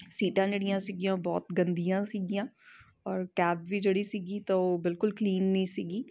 ਸੀਟਾਂ ਜਿਹੜੀਆਂ ਸੀਗੀਆਂ ਉਹ ਬਹੁਤ ਗੰਦੀਆਂ ਸੀਗੀਆਂ ਔਰ ਕੈਬ ਵੀ ਜਿਹੜੀ ਸੀਗੀ ਤਾਂ ਉਹ ਬਿਲਕੁਲ ਕਲੀਨ ਨਹੀਂ ਸੀਗੀ